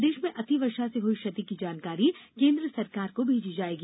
प्रदेश में अतिवर्षा से हुई क्षति की जानकारी कोन्द्र सरकार को भेजी जाएगी